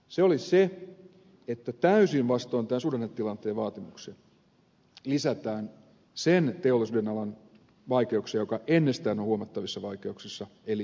se oli se että täysin vastoin tämän suhdannetilanteen vaatimuksia lisätään sen teollisuudenalan vaikeuksia joka ennestään on huomattavissa vaikeuksissa eli metsäteollisuus